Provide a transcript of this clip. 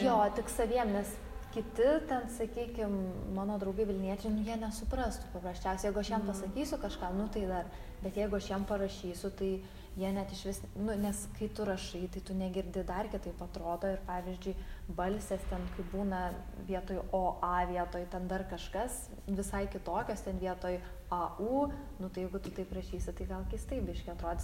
jo tik saviem nes kiti ten sakykim mano draugai vilniečiai nu jie nesuprastų paprasčiausia jeigu aš jam pasakysiu kažką nu tai dar bet jeigu aš jam parašysiu tai jie net išvis nu nes kai tu rašai tai tu negirdi dar kitaip atrodo ir pavyzdžiui balsės ten būna vietoj o a vietoj ten dar kažkas visai kitokios ten vietoj a u nu tai jeigu tu taip rašysi tai gal keistai biškį atrodys